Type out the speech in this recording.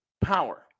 power